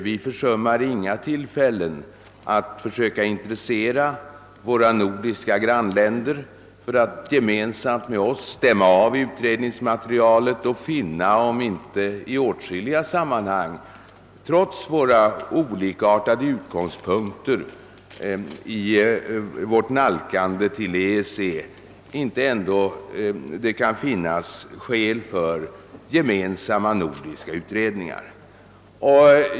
Vi försummar inga tillfällen att försöka intressera våra nordiska grannländer för att gemensamt med oss stämma av utredningsmaterialet för att finna om det inte i åtskilliga sammanhang trots våra olikartade utgångspunkter i försöken att nalkas EEC ändå kan finnas skäl för gemensamma nordiska utredningar.